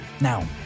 Now